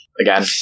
Again